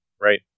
Right